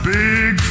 big